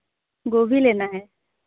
गोभी लेना है